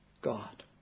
God